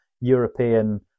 European